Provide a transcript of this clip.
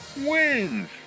wins